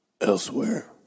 elsewhere